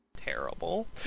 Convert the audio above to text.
Terrible